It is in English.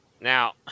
Now